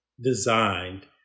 designed